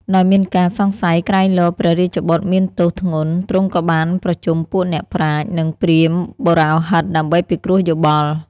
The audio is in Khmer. ដោយមានការសង្ស័យក្រែងលោព្រះរាជបុត្រមានទោសធ្ងន់ ទ្រង់ក៏បានប្រជុំពួកអ្នកប្រាជ្ញ និងព្រាហ្មណ៍បុរោហិតដើម្បីពិគ្រោះយោបល់។